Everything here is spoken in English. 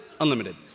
Unlimited